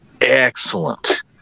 excellent